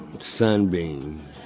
Sunbeam